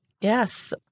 Yes